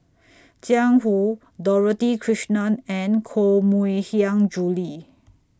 Jiang Hu Dorothy Krishnan and Koh Mui Hiang Julie